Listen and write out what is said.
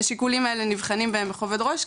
השיקולים האלה נבחנים בהם בכובד ראש,